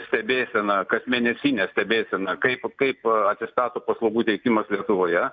stebėseną kas mėnesinę stebėseną kaip kaip atsistato paslaugų teikimas lietuvoje